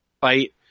fight